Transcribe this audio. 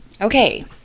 Okay